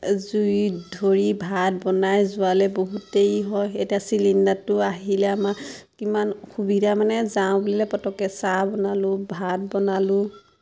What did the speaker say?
জুই ধৰি ভাত বনাই যোৱালে বহুত দেৰি হয় এতিয়া চিলিণ্ডাৰটো আহিলে আমাৰ কিমান সুবিধা মানে যাওঁ বোলে পটকে চাহ বনালোঁ ভাত বনালোঁ